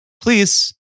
please